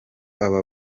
aba